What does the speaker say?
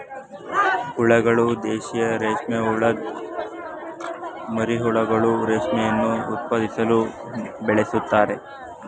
ಹುಳಗಳು ದೇಶೀಯ ರೇಷ್ಮೆಹುಳದ್ ಮರಿಹುಳುಗಳು ರೇಷ್ಮೆಯನ್ನು ಉತ್ಪಾದಿಸಲು ಬೆಳೆಸ್ತಾರೆ